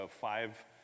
five